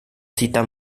cita